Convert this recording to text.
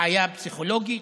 בעיה פסיכולוגית.